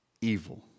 evil